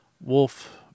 wolf